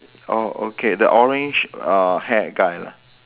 oh okay the orange uh hair guy lah